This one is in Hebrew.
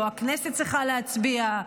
לא הכנסת צריכה להצביע,